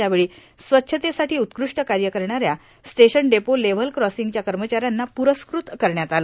यावेळी स्वच्छतेसाठी उत्कृष्ट कार्य करणाऱ्या स्टेशन डेपो लेव्हल क्रॉसिंगच्या कर्मचाऱ्यांना पुरस्कृत करण्यात आलं